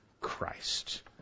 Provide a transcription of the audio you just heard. Christ